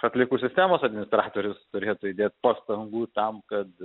atliekų sistemos administratorius turėtų įdėt pastangų tam kad